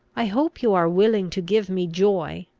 i hope you are willing to give me joy,